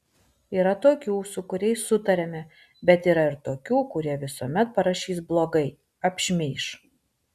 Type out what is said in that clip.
yra tokių su kuriais sutariame bet yra ir tokių kurie visuomet parašys blogai apšmeiš